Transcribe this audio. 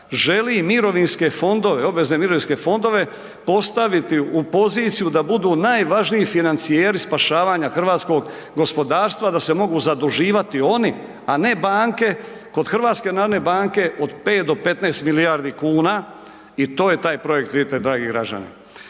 želi mirovinske fondove, obvezne mirovinske fondove postaviti u poziciju da budu najvažniji financijeri spašavanja hrvatskog gospodarstva, da se mogu zaduživati oni, a ne banke, kod HNB-a od 5 do 15 milijardi kuna i to je taj projekt, vidite, dragi građani.